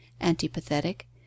antipathetic